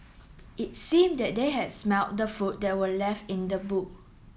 it seemed that they had smelt the food that were left in the boot